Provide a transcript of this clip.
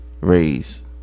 raise